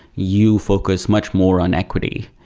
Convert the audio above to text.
you focus much more on equity,